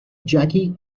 jackie